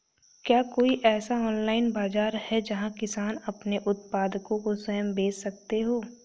क्या कोई ऐसा ऑनलाइन बाज़ार है जहाँ किसान अपने उत्पादकों को स्वयं बेच सकते हों?